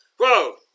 whoa